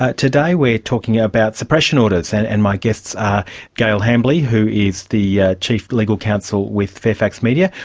ah today we're talking about suppression orders, and and my guests are gail hambly, who is the chief legal counsel with fairfax media,